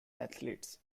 athletes